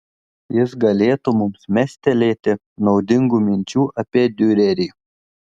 jis galėtų mums mestelėti naudingų minčių apie diurerį